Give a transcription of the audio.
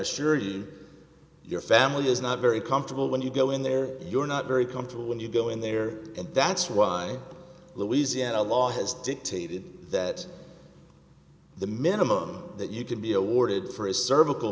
assure you your family is not very comfortable when you go in there you're not very comfortable when you go in there and that's why louisiana law has dictated that the minimum that you can be awarded for his cervical